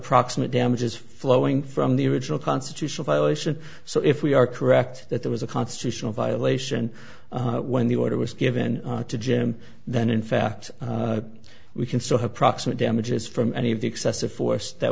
proximate damages flowing from the original constitutional violation so if we are correct that there was a constitutional violation when the order was given to jim that in fact we can still have proximate damages from any of the excessive force that